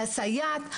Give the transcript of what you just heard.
לסייעת.